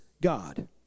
God